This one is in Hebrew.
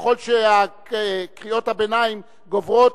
ככל שקריאות הביניים גוברות,